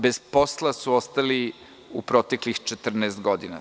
Bez posla su ostali u proteklih 14 godina.